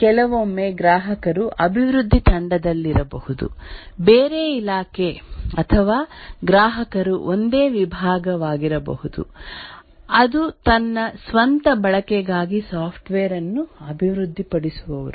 ಕೆಲವೊಮ್ಮೆ ಗ್ರಾಹಕರು ಅಭಿವೃದ್ಧಿ ತಂಡದಲ್ಲಿರಬಹುದು ಬೇರೆ ಇಲಾಖೆ ಅಥವಾ ಗ್ರಾಹಕರು ಒಂದೇ ವಿಭಾಗವಾಗಿರಬಹುದು ಅದು ತನ್ನ ಸ್ವಂತ ಬಳಕೆಗಾಗಿ ಸಾಫ್ಟ್ವೇರ್ ಅನ್ನು ಅಭಿವೃದ್ಧಿಪಡಿಸುವರು